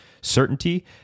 certainty